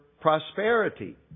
prosperity